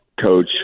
coach